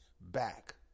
back